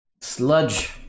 sludge